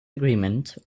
agreement